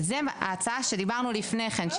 ההצעה שדיברנו עליה לפני כן,